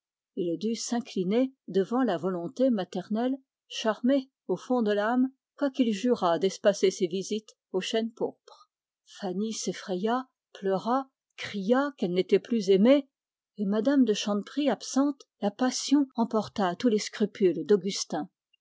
il dut s'incliner devant la volonté maternelle charmé au fond de l'âme quoiqu'il se promît d'espacer ses visites au chêne pourpre fanny s'effraya pleura cria qu'elle n'était plus aimée et mme de chanteprie absente la passion emporta tous les scrupules